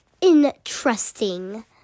interesting